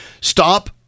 Stop